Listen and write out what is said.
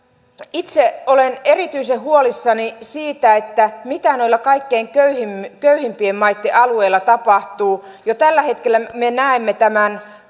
itse olen erityisen huolissani siitä mitä noilla kaikkein köyhimpien maitten alueilla tapahtuu jo tällä hetkellä me näemme tämän